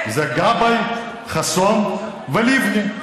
זה גבאי, חסון ולבני.